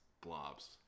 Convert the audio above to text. Blobs